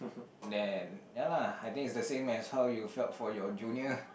then ya lah I think it's the same as how you felt for your junior